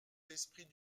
l’esprit